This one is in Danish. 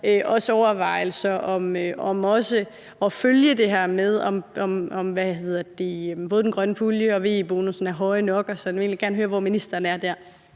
også overvejelser om at følge det her med, om både den grønne pulje og VE-bonussen er høje nok. Så jeg vil egentlig gerne høre, hvor ministeren er der.